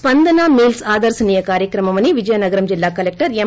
స్పందన మీల్ప్ ఆదర్పనీయ కార్యక్రమమని విజయనగరం జిల్లా కలెక్టర్ ఎం